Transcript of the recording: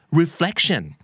reflection